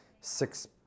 six